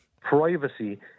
privacy